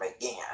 again